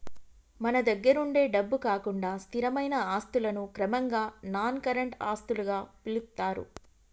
మన దగ్గరుండే డబ్బు కాకుండా స్థిరమైన ఆస్తులను క్రమంగా నాన్ కరెంట్ ఆస్తులుగా పిలుత్తారు